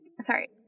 sorry